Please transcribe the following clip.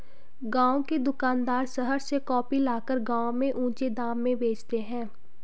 गांव के दुकानदार शहर से कॉफी लाकर गांव में ऊंचे दाम में बेचते हैं